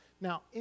Now